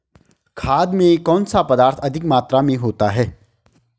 खाद में कौन सा पदार्थ अधिक मात्रा में होता है?